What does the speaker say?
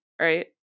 right